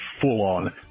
full-on